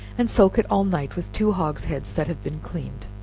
and soak it all night with two hog's heads that have been cleaned